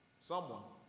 someone